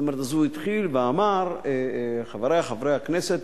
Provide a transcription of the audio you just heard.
הוא התחיל ואמר: חברי חברי הכנסת,